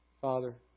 Father